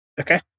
Okay